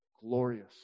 glorious